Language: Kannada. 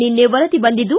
ನಿನ್ನೆ ವರದಿ ಬಂದಿದ್ದು